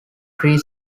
three